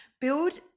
build